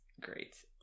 great